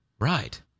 right